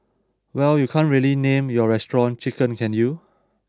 well you can't really name your restaurant Chicken can you